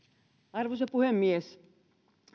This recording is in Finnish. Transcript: arvoisa puhemies